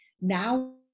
Now